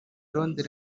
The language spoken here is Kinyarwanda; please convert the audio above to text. londres